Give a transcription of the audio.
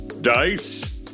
Dice